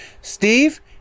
Steve